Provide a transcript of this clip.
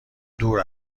دور